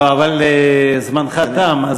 לא, אבל זמנך תם.